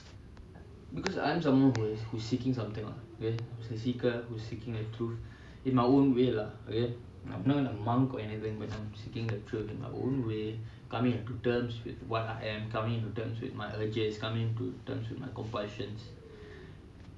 because I'm someone who is who is seeking something lah who is a seeker who is seeking the truth in my own way lah okay I'm not a monk or anything but I'm seeking the truth in my own way coming to terms with what I am coming to terms with my urges coming to terms with my compulsions